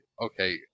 Okay